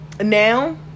Now